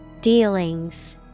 Dealings